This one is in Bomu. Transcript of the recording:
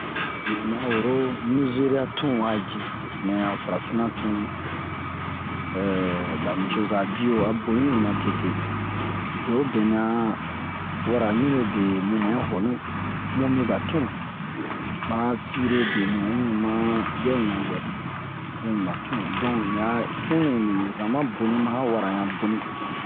Biye un ma woro nizeria tun wa ji nɛ a farafina tun ba nicoza biyo a boni mi ma tete bewobe nɛ a wara ɲurobe mumu'in-honu mu mi ba tun ma han sire be mu'in ɲu ma biyaɲu-mabwɛ mu mi ba tun don ni a tun nɛ ni zama boni ma han wara yan boni